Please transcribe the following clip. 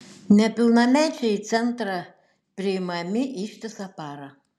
nepilnamečiai į centrą priimami ištisą parą